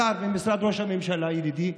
השר במשרד ראש הממשלה, ידידי,